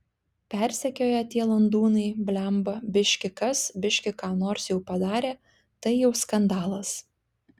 persekioja tie landūnai blemba biški kas biški ką nors jau padarė tai jau skandalas